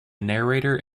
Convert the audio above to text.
narrator